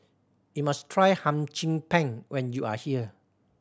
you must try Hum Chim Peng when you are here